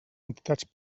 entitats